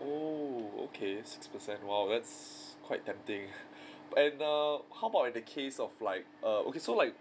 oo okay six percent !wow! that's quite tempting and err how about in the case of like err okay so like